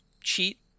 cheat